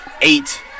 eight